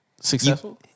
Successful